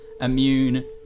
immune